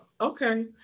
Okay